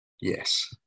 Yes